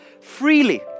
freely